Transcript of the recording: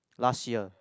last year